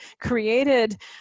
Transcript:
created